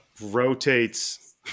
rotates